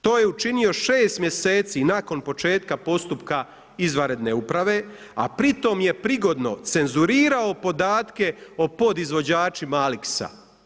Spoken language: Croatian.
To je učinio 6 mj. nakon početka postupka izvanredne uprave, a pritom je pogodno cenzurirao podatke o podizvođačima Alixa.